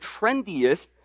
trendiest